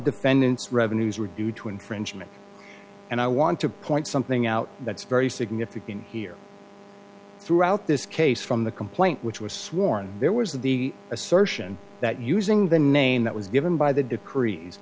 defendants revenues were due to infringement and i want to point something out that's very significant here throughout this case from the complaint which was sworn there was the assertion that using the name that was given by the decrees